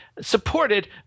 supported